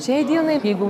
šiai dienai jeigu